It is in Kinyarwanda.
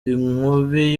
inkubi